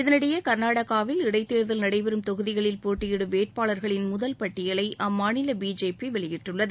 இதனிடையே கர்நாடகாவில் இளடத்தோதல் நடைபெறும் தொகுதிகளில் போட்டியிடும் வேட்பாளர்களின் முதல் பட்டியலை அம்மாநில பிஜேபி வெளியிட்டுள்ளது